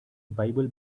bible